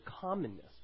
commonness